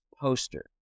poster